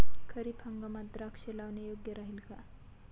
खरीप हंगामात द्राक्षे लावणे योग्य राहिल का?